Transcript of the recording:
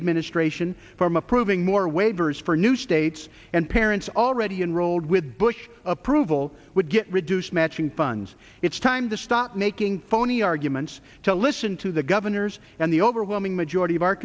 administration from up moving more waivers for new states and parents already enrolled with bush approval would get reduced matching funds it's time to stop making phony arguments to listen to the governors and the overwhelming majority of our